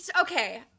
Okay